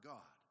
God